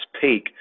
peak